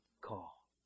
call